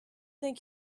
think